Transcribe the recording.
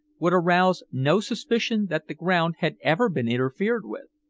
would arouse no suspicion that the ground had ever been interfered with.